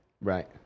right